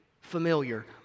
familiar